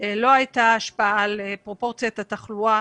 לא הייתה השפעה על פרופורציית התחלואה